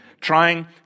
trying